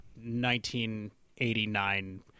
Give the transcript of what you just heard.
1989